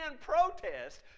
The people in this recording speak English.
protest